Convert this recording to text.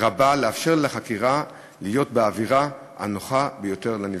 רבה לאפשר חקירה שתהיה באווירה הנוחה ביותר לנפגע.